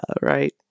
right